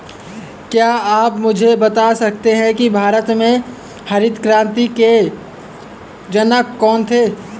क्या आप मुझे बता सकते हैं कि भारत में हरित क्रांति के जनक कौन थे?